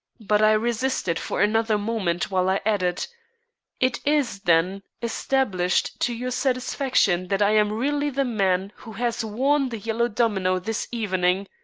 but i resisted for another moment while i added it is, then, established to your satisfaction that i am really the man who has worn the yellow domino this evening.